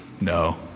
no